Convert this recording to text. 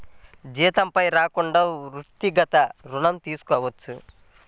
జీతంపై కాకుండా వ్యక్తిగత ఋణం తీసుకోవచ్చా?